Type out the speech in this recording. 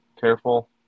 careful